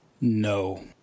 No